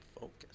focus